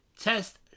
Test